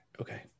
Okay